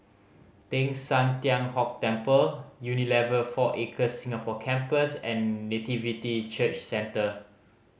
Teng San Tian Hock Temple Unilever Four Acres Singapore Campus and Nativity Church Centre